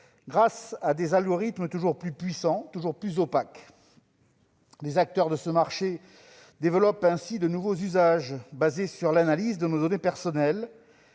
raison d'algorithmes toujours plus puissants et toujours plus opaques. Les acteurs de ce marché développent de nouveaux usages, fondés sur l'analyse de nos données personnelles,